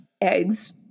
eggs